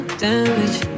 damage